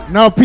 Now